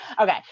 okay